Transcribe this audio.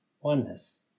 oneness